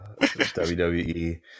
WWE